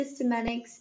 Systematics